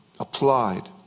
applied